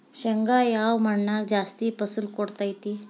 ಶೇಂಗಾ ಯಾವ ಮಣ್ಣಾಗ ಜಾಸ್ತಿ ಫಸಲು ಕೊಡುತೈತಿ?